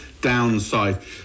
downside